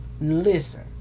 listen